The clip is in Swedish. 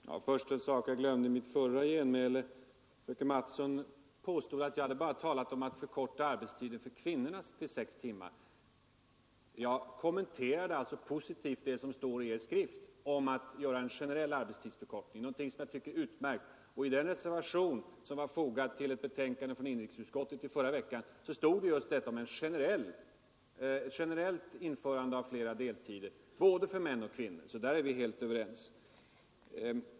Herr talman! Först ber jag att få säga en sak som jag glömde i mitt förra genmäle. Fröken Mattson påstod att jag bara talat om att förkorta arbetstiden för kvinnorna till sex timmar. Jag kommenterade positivt det som står i er skrift om att göra en generell arbetstidsförkortning, någonting som jag tycker är utmärkt. I den reservation som var fogad till ett betänkande från inrikesutskottet förra veckan stod just talat om ett generellt införande av flera deltider, både för män och för kvinnor. Där är vi alltså överens.